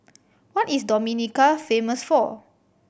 what is Dominica famous for